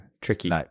tricky